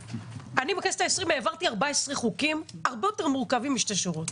בכנסת העשרים העברתי 14 חוקים הרבה יותר מורכבים משתי שורות.